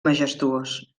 majestuós